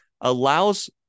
allows